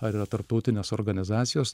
ar yra tarptautinės organizacijos